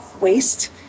waste